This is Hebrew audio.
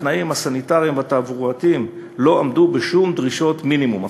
התנאים הסניטריים והתברואתיים לא עמדו בשום דרישת מינימום אפילו.